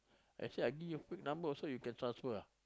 I said I give you fake number also you can transfer ah